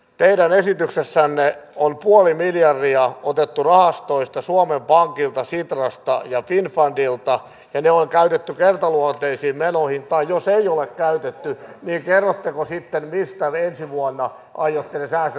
teidän esityksessänne on puoli miljardia otettu rahastoista suomen pankilta sitrasta ja finnfundilta ja ne on käytetty kertaluonteisiin menoihin tai jos ei ole käytetty niin kerrotteko sitten mistä ensi vuonna aiotte ne säästöt tehdä